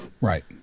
Right